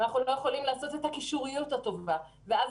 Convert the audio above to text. אנחנו לא יכולים לעשות את הקישוריות הטובה ואז